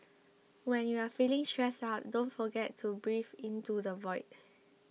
when you are feeling stressed out don't forget to breathe into the void